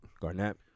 Garnett